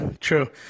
true